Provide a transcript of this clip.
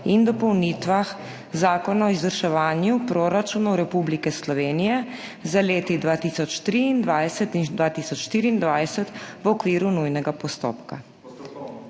in dopolnitvah Zakona o izvrševanju proračunov Republike Slovenije za leti 2023 in 2024 v okviru nujnega postopka.**